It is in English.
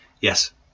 Yes